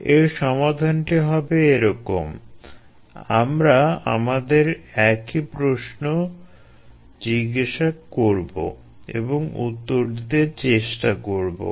এর সমাধানটি হবে এরকম আমরা আমাদের একই প্রশ্ন জিজ্ঞাসা করবো এবং উত্তর দিতে চেষ্টা করবো